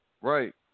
Right